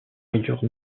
rayures